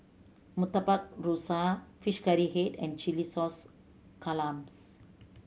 Murtabak Rusa Curry Fish Head and chilli sauce clams